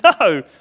No